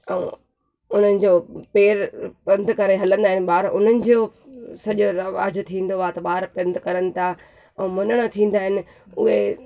ऐं उन्हनि जो पैर पंध करे हलंदा आहिनि ॿार उन्हनि जो सॼो रवाजु थींदो आहे ॿार पंध करनि था ऐं मुनण थींदा आहिनि उहे